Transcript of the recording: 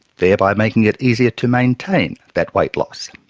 thereby making it easier to maintain that weight loss.